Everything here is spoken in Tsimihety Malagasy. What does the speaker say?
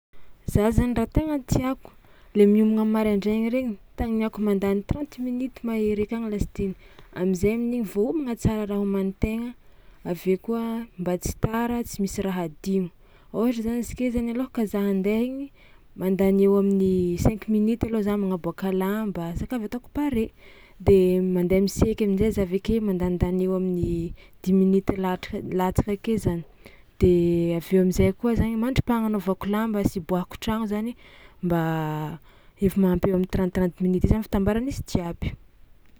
Za zany raha tegna tiàko le miomagna maraindraina regny tanimiàko mandany trente minutes mahery akagny lasteny am'zay amin'igny voahomagna tsara raha homanin-tegna avy eo koa mba tsy tara tsy misy raha adino, ôhatra zany izy ke zany alôhaka za andeha igny mandany eo amin'ny cinq minutes alôha za magnaboàka lamba saka avy ataoko pare de mandeha misaiky amin-jay za avy ake mandanindany eo amin'ny dix minutes latrak- latsaka ake zany de avy eo am'zay koa zany mandrapagnanaovako lamba sy hiboàhako tragno zany mba efa mahampy eo am'trente trente minutes eo zany fitambaran'izy jiaby.